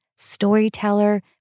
storyteller